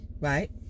right